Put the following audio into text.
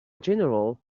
general